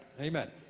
Amen